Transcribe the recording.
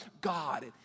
God